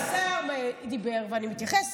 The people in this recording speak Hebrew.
השר דיבר ואני מתייחסת.